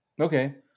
Okay